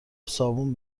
صابون